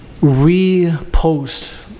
repost